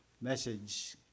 message